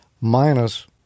minus